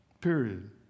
Period